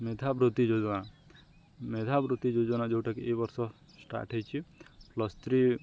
ମେଧାବୃତ୍ତି ଯୋଜନା ମେଧାବୃତ୍ତି ଯୋଜନା ଯେଉଁଟାକି ଏ ବର୍ଷ ଷ୍ଟାର୍ଟ ହେଇଛି ପ୍ଲସ୍ ଥ୍ରୀ